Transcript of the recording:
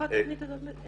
איפה נמצאת התוכנית הזאת?